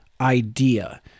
idea